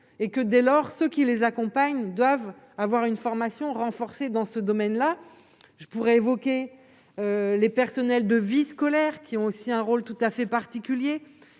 et que dès lors, ce qui les accompagnent, doivent avoir une formation renforcée dans ce domaine-là, je pourrais évoquer les personnels de vie scolaire, qui ont aussi un rôle tout à fait particulier